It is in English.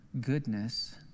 goodness